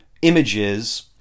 images